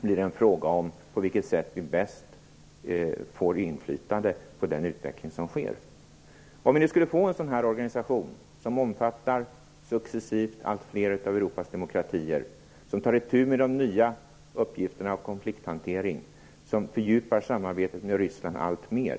Det blir en fråga om på vilket sätt vi bäst får inflytande på den utveckling som sker. Om vi nu skulle få en organisation som successivt omfattar alltfler av Europas demokratier, som tar itu med den nya uppgiften konflikthantering, som fördjupar samarbetet med Ryssland alltmer